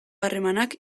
harremanak